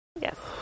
Yes